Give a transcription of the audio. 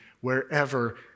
wherever